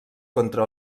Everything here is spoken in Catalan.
contra